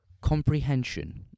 comprehension